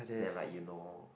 then like you know